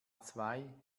zwei